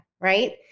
right